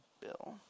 bill